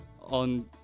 on